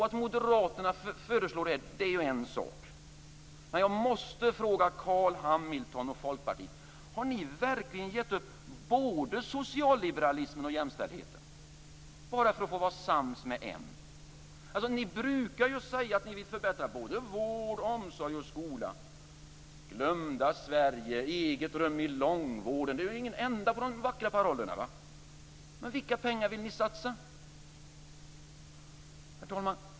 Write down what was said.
Att Moderaterna föreslår det är en sak men jag måste fråga Carl Hamilton och Folkpartiet: Har ni verkligen gett upp både socialliberalismen och jämställdheten bara för att vara sams med m? Ni brukar säga att ni vill förbättra vården, omsorgen och skolan och tala om det glömda Sverige, om eget rum i långvården osv. Det är ingen ände på alla vackra paroller. Men vilka pengar vill ni satsa? Herr talman!